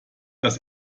das